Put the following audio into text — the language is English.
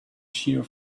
shear